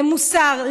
למוסר,